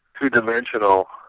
two-dimensional